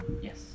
Yes